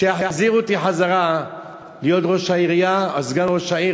כשיחזירו אותי להיות ראש העירייה או סגן ראש העיר,